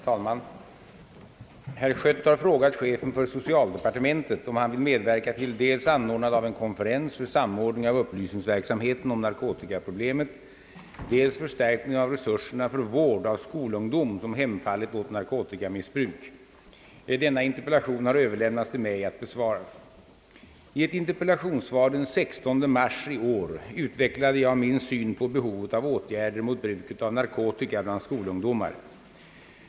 Herr talman! Herr Schött har frågat chefen för socialdepartementet, om han vill medverka till dels anordnande av en konferens för samordning av upplysningsverksamheten om = narkotikaproblemet, dels förstärkning av resurserna för vård av skolungdom som hemfallit åt narkotikamissbruk. Denna interpellation har överlämnats till mig att besvara. I ett interpellationssvar den 16 mars i år utvecklade jag min syn på behovet av åtgärder mot bruket av narkotika bland skolungdomar.